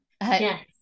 Yes